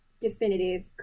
definitive